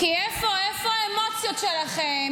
כי איפה האמוציות שלכם?